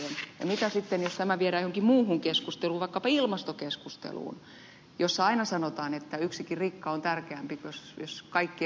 ja mitä sitten jos tämä viedään johonkin muuhun keskusteluun vaikkapa ilmastokeskusteluun jossa aina sanotaan että yksikin rikka on tärkeä